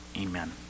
Amen